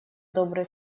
добрые